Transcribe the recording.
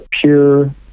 pure